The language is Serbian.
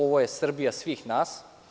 Ovo je Srbija svih nas.